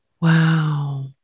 Wow